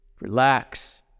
Relax